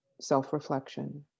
self-reflection